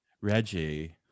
Reggie